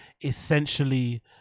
essentially